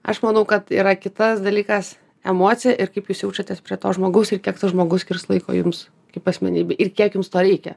aš manau kad yra kitas dalykas emocija ir kaip jūs jaučiatės prie to žmogaus ir kiek tas žmogus skirs laiko jums kaip asmenybei ir kiek jums to reikia